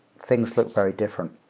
things look very different